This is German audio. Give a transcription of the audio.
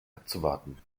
abzuwarten